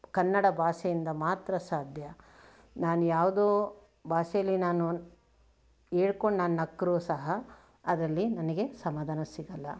ಕನ್ನಡ ಭಾಷೆಯಿಂದ ಮಾತ್ರ ಸಾಧ್ಯ ನಾನು ಯಾವುದೋ ಭಾಷೆಲಿ ನಾನು ಹೇಳ್ಕೊಂಡು ನಾನು ನಕ್ಕರೂ ಸಹ ಅದರಲ್ಲಿ ನನಗೆ ಸಮಾಧಾನ ಸಿಗಲ್ಲ